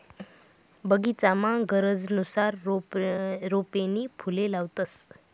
बगीचामा गरजनुसार रोपे नी फुले लावतंस